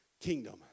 kingdom